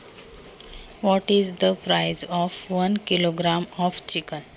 एक किलोग्रॅम चिकनची किंमत काय आहे?